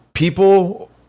people